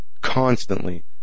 constantly